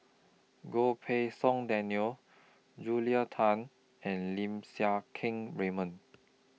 Goh Pei Siong Daniel Julia Tan and Lim Siang Keat Raymond